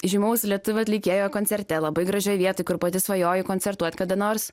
žymaus lietuvių atlikėjo koncerte labai gražioj vietoj kur pati svajoju koncertuot kada nors